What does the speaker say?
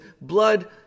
blood